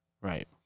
Right